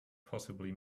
possibly